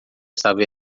estava